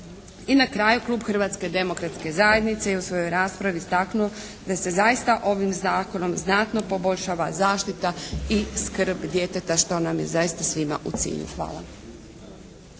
I na kraju, klub Hrvatske demokratske zajednice je u svojoj raspravi istaknuo da se zaista ovim zakonom znatno poboljšava zaštita i skrb djeteta što nam je zaista svima u cilju. Hvala.